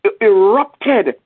erupted